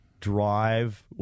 drive